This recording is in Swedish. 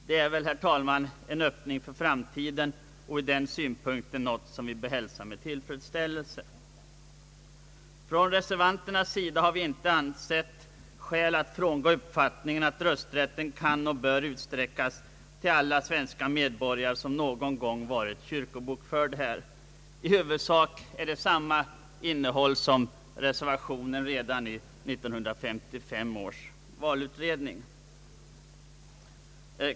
Detta är, herr talman, en öppning för framtiden och något som vi bör hälsa med tillfredsställelse. Reservanterna har inte ansett skäl föreligga att frångå uppfattningen att rösträtten kan och bör utsträckas till alla svenska medborgare utomlands som någon gång varit kyrkobokförda i riket. I huvudsak innehåller reservationen samma synpunkter som reservationen vid 1955 års valutredning.